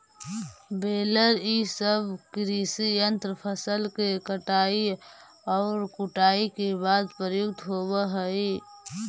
baler इ सब कृषि यन्त्र फसल के कटाई औउर कुटाई के बाद प्रयुक्त होवऽ हई